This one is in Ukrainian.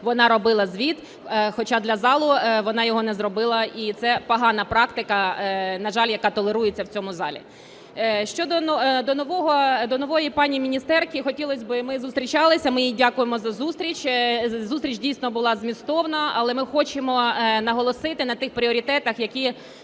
вона робила звіт, хоча для залу вона його не зробила. І це погана практика, на жаль, яка толерується в цьому залі. Щодо нової пані міністерки, хотілось би, і ми зустрічалися, ми їй дякуємо за зустріч дійсно була змістовна. Але ми хочемо наголосити на тих пріоритетах, які